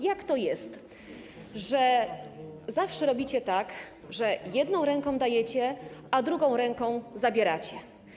Jak to jest, że zawsze robicie tak, że jedną ręką dajecie, a drugą ręką zabieracie?